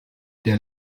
der